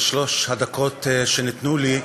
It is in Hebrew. של שלוש הדקות שניתנו לי,